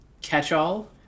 catch-all